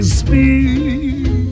speak